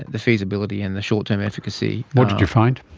the feasibility and the short term efficacy. what did you find?